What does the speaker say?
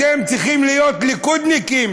אתם צריכים להיות ליכודניקים.